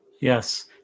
Yes